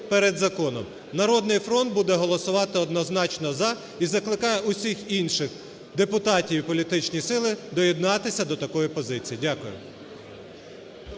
перед законом. "Народний фронт" буде голосувати однозначно за. І закликаю усіх інших депутатів і політичні сили доєднатися до такої позиції. Дякую.